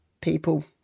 people